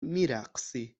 میرقصی